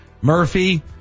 Murphy